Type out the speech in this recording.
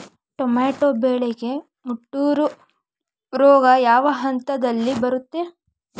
Tomato ಬೆಳೆಗೆ ಮುಟೂರು ರೋಗ ಯಾವ ಹಂತದಲ್ಲಿ ಬರುತ್ತೆ?